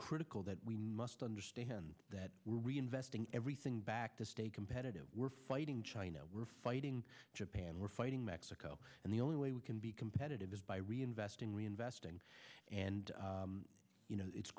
critical that we must understand that we're reinvesting everything back to stay competitive we're fighting china we're fighting japan we're fighting mexico and the only way we can be competitive is by reinvesting reinvesting and you know it's